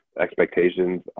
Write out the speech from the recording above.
expectations